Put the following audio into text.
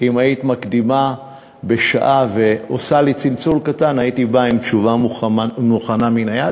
אם היית מקדימה בשעה ועושה אלי צלצול קטן הייתי בא עם תשובה מוכנה ביד.